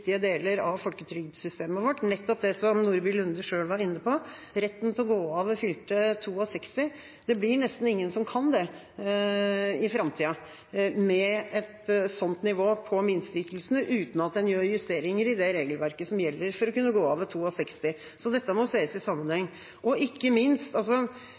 deler av folketrygdsystemet vårt, nettopp det som Nordby Lunde selv var inne på: retten til å gå av ved fylte 62. Det er nesten ingen som kan det i framtida med et sånt nivå på minsteytelsene uten at en gjør justeringer i det regelverket som gjelder for å kunne gå av ved 62. Dette må ses i sammenheng. Og ikke minst: